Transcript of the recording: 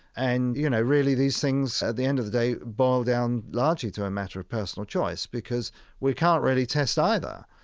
and, you know, really, these things, at the end of the day, boil down largely to a matter of personal choice, because we can't really test either.